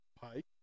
pike